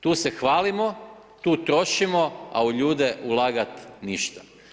Tu se hvalimo, tu trošimo, a u ljude ulagat, ništa.